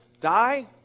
die